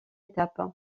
étape